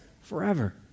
forever